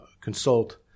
consult